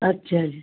ਅੱਛਾ ਜੀ